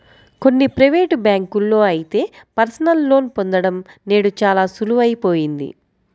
కొన్ని ప్రైవేటు బ్యాంకుల్లో అయితే పర్సనల్ లోన్ పొందడం నేడు చాలా సులువయిపోయింది